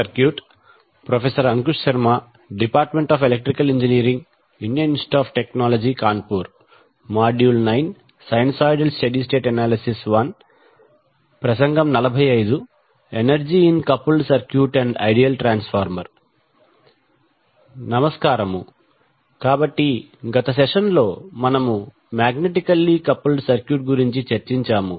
నమస్కారము కాబట్టి గత సెషన్లో మనము మాగ్నెటికల్లీ కపుల్డ్ సర్క్యూట్ గురించి చర్చించాము